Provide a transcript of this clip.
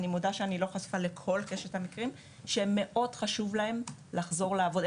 אני מודה שאני לא חשופה לכל קשת המקרים שמאוד חשוב להן לחזור לעבוד.